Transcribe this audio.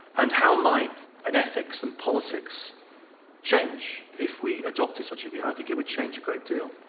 and how might an ethics and politics change if we adopted such a view? i think it would change a great deal.